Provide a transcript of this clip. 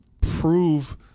prove